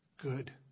good